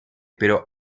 pero